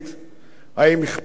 האם אכפת לך בכלל?